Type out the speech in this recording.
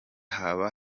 haba